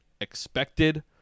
expected